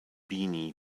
beanie